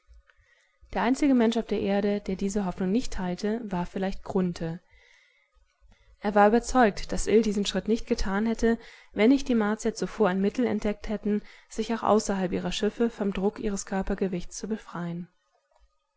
der einzige mensch auf der erde der diese hoffnung nicht teilte war vielleicht grunthe er war überzeugt daß ill diesen schritt nicht getan hätte wenn nicht die martier zuvor ein mittel entdeckt hätten sich auch außerhalb ihrer schiffe vom druck ihres körpergewichts zu befreien